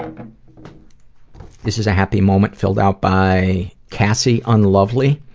and this is a happy moment filled out by cassie unlovely